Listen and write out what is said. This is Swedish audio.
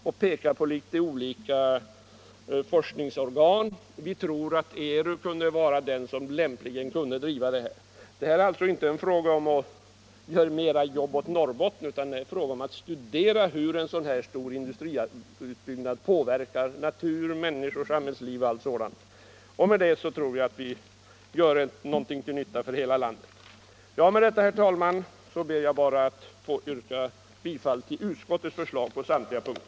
Vi pekar på några olika forskningsorgan och kommer fram till att ERU lämpligen kunde bedriva denna forskning. Det gäller inte frågan om att ge mera jobb åt Norrbotten, utan det gäller frågan om hur en sådan här stor industriutbyggnad påverkar natur, människor, samhällsliv och allt sådant. Med detta tror jag att vi gör någonting som är till nytta för hela landet. Herr talman! Med dessa ord ber jag att få yrka bifall till utskottets hemställan på samtliga punkter.